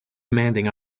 commanding